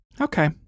Okay